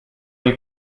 you